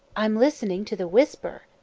i am listening to the whisper.